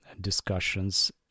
discussions